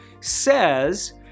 says